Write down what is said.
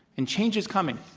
and change is coming,